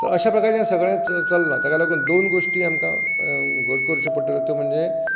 तर अश्या प्रकारान सगळें चल्लां ताका लागून दोन गोश्टी आमकां घट्ट करच्यो पडटल्यो त्यो म्हणजे